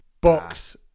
Box